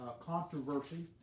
controversy